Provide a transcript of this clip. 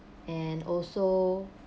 and also